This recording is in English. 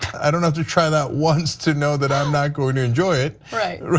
i don't have to try that once to know that i'm not going to enjoy it.